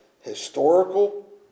historical